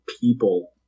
people